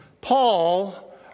paul